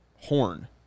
Horn